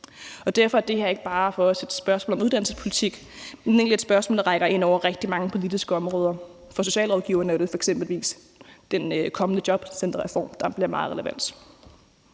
dag. Derfor er det her for os ikke bare et spørgsmål om uddannelsespolitik, men egentlig et spørgsmål, der rækker ind over rigtig mange politiske områder. For socialrådgiverne er det eksempelvis den kommende jobcenterreform, der bliver meget relevant.